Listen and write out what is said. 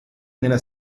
nella